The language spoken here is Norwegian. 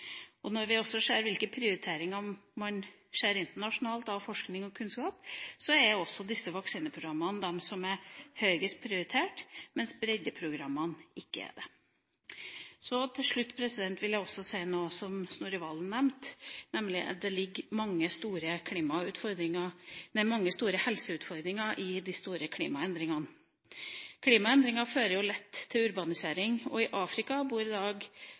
Når vi også ser hvilke prioriteringer man har internasjonalt når det gjelder forskning og kunnskap, er også disse vaksineprogrammene de som er høyest prioritert, mens breddeprogrammene ikke er det. Så til slutt vil jeg også si litt til noe som Snorre Serigstad Valen nevnte, nemlig at det ligger mange store helseutfordringer i de store klimaendringene. Klimaendringer fører lett til urbanisering, og i Afrika bor i dag